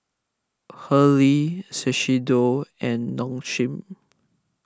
Hurley Shiseido and Nong Shim